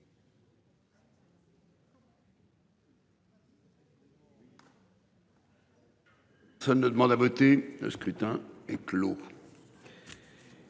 Personne ne demande plus à voter ?... Le scrutin est clos.